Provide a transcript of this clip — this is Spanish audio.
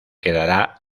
quedará